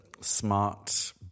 smart